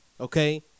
Okay